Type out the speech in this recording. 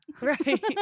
Right